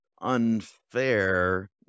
unfair